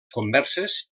converses